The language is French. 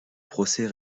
procès